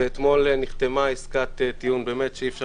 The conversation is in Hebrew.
ואתמול נחתמה עסקת טיעון שאי-אפשר